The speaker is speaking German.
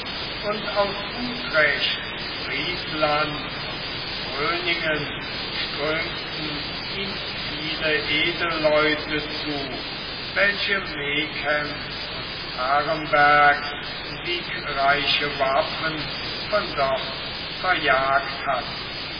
und aus utrecht friesland und gröningen strömten ihm viele edelleute zu welche megens und arembergs siegreiche waffen von dort verjagt hatten